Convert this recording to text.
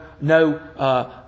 no